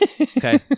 Okay